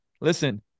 listen